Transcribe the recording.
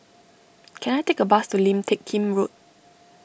can I take a bus to Lim Teck Kim Road